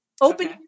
open